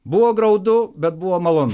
buvo graudu bet buvo malonu